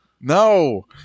No